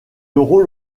rôle